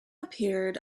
appeared